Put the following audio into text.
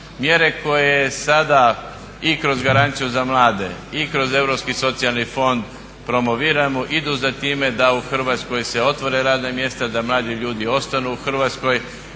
Mjere koje sada i kroz garanciju za mlade i kroz Europski socijalni fond promoviramo idu za time da u Hrvatskoj se otvore radna mjesta, da mladi ljudi ostanu u Hrvatskoj